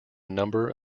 number